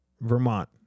Vermont